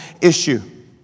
issue